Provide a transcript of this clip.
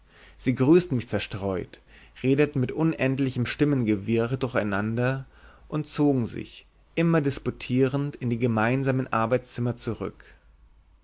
sie grüßten mich zerstreut redeten mit unendlichem stimmengewirr durcheinander und zogen sich immer disputierend in die gemeinsamen arbeitszimmer zurück